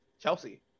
Chelsea